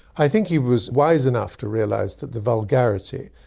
i think he was wise enough to realize that the vulgarity,